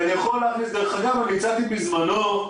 ואגב, הצעתי בזמנו,